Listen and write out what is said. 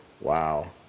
wow